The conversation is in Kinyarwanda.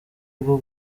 bwo